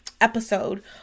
episode